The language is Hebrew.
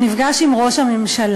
הוא נפגש עם ראש הממשלה.